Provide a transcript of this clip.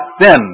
sin